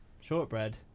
Shortbread